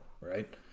right